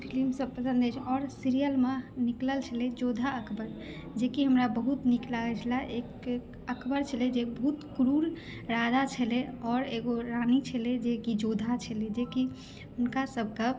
film सब पसन्द अछि आओर सीरियल मे निकलल छलै योद्धा अकबर जेकि हमरा बहुत नीक लागै छल एक अकबर छलै जे बहुत क्रूर राजा छलै और एगो रानी छलै जेकि योद्धा छलै जेकि हुनका सबके